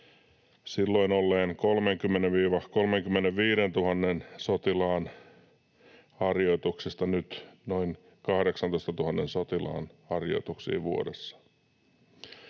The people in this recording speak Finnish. silloin olleista 30 000—35 000 sotilaan harjoituksista noin 18 000 sotilaan harjoituksiin vuodessa.